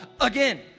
again